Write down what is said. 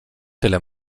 tyle